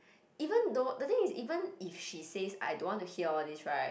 even though the thing is even if she says I don't want to hear all these right